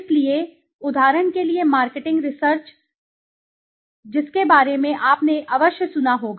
इसलिए उदाहरण के लिए मार्केटिंग रिसर्च मुझे एक उदाहरण का हवाला देते हैं जिसके बारे में आपने अवश्य सुना होगा